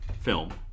film